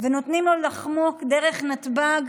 ונותנים לו לחמוק דרך נתב"ג